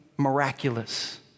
miraculous